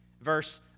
Verse